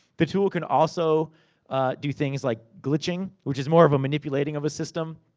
the tool can also do things like glitching. which is more of a manipulating of a system.